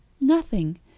Nothing